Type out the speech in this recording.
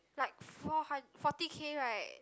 like four hundred forty K right